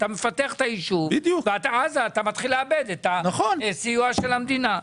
אתה מפתח את היישוב ואז אתה מתחיל לאבד את הסיוע של המדינה.